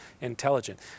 intelligent